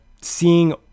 seeing